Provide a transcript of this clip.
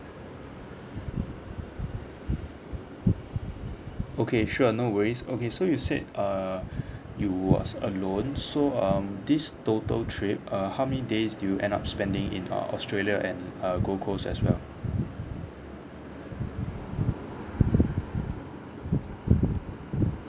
okay sure no worries okay so you said err you was alone so um this total trip uh how many days do you end up spending in uh australia and uh gold coast as well